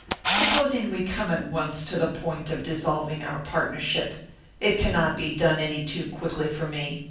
supposing we come at once to the point of dissolving our partnership it cannot be done any too quickly for me.